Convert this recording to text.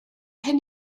hyn